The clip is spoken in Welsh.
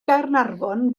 gaernarfon